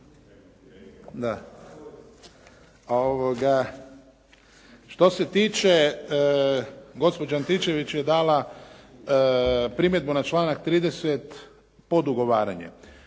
Da. Što se tiče gospođa Antičević je dala primjedbu na članak 30. podugovaranje.